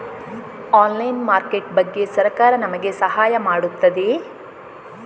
Online market ಬಗ್ಗೆ ಸರಕಾರ ನಮಗೆ ಸಹಾಯ ಮಾಡುತ್ತದೆ?